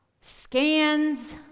Scans